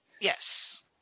Yes